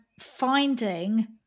finding